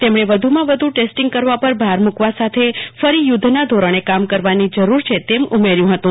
તેમને વધુમાં વધુ ટેસ્ટીંગ કરવા પર ભાર મુકવા સાથે ફરી યુધ્ધના ધોરણે કામ કરવાની જરૂર છે તેમ ઉમેર્યું હતું